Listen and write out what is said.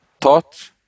Taught